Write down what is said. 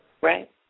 Right